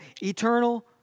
eternal